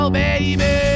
baby